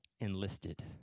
Enlisted